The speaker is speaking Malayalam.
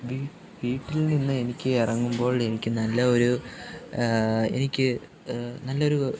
വീട്ടിൽ നിന്ന് എനിക്ക് ഇറങ്ങുമ്പോൾ എനിക്ക് നല്ല ഒരു എനിക്ക് നല്ല ഒരു